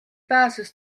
pääses